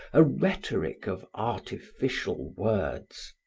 a rhetoric of artificial words.